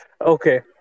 Okay